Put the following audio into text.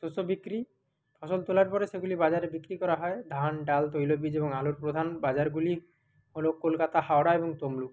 শস্য বিক্রি ফসল তোলার পরে সেগুলি বাজারে বিক্রি করা হয় ধান ডাল তৈল বীজ এবং আলুর প্রধান বাজারগুলি হলো কলকাতা হাওড়া এবং তমলুক